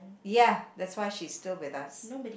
ya that's why she's still with us